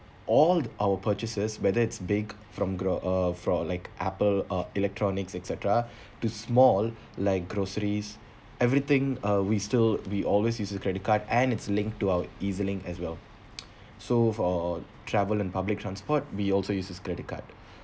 all our purchases whether it's big from gro~ uh from like apple uh electronics et cetera to small like groceries everything uh we still we always use a credit card and it's linked to our E_Z link as well so for travel and public transport we also uses credit card